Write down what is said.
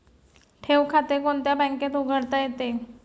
ठेव खाते कोणत्या बँकेत उघडता येते?